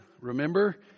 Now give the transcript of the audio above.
Remember